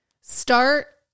start